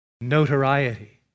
notoriety